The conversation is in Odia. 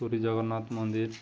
ପୁରୀ ଜଗନ୍ନାଥ ମନ୍ଦିର